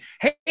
hey